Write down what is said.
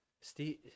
Steve